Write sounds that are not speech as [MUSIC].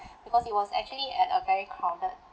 [BREATH] because it was actually at a very crowded